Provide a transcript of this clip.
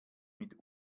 mit